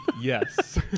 Yes